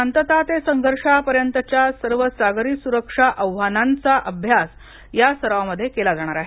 शांतता ते संघर्षापर्यंतच्या सर्व सागरी सुरक्षा आव्हानांचा अभ्यास या सरावामध्ये केला जाणार आहे